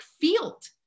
field